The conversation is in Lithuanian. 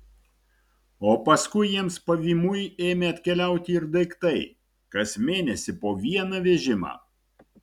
o paskui jiems pavymui ėmė atkeliauti ir daiktai kas mėnesį po vieną vežimą